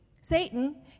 Satan